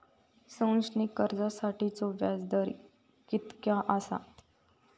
शैक्षणिक कर्जासाठीचो व्याज दर कितक्या आसा?